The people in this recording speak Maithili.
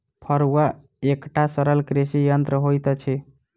फड़ुआ एकटा सरल कृषि यंत्र होइत अछि